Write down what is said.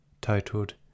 titled